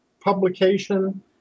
publication